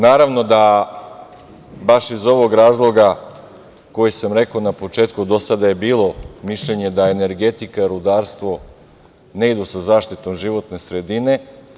Naravno da baš iz ovog razloga koji sam rekao na početku, do sada je bilo mišljenje da energetika, rudarstvo ne idu sa zaštitom životne sredine.